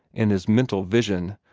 in his mental vision,